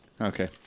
Okay